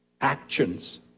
actions